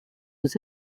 aux